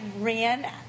ran